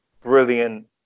brilliant